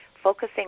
Focusing